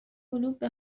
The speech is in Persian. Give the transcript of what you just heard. کلوب